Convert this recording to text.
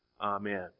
Amen